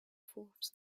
fourths